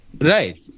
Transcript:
Right